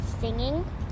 singing